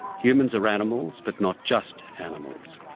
humans are animals, but not just animals.